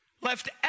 Left